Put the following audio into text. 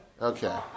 Okay